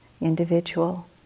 individual